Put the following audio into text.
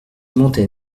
montait